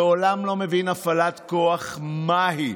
מעולם לא הבין הפעלת כוח מה היא.